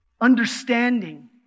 understanding